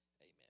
Amen